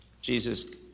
Jesus